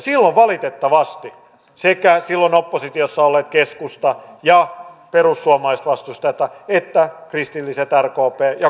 silloin valitettavasti vastustivat sekä silloin oppositiossa olleet keskusta ja perussuomalaiset että kristilliset rkp ja kokoomus